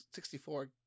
64